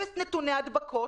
אפס נתוני הדבקות.